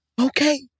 Okay